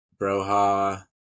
Broha